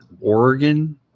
Oregon